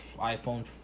iPhone